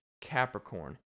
Capricorn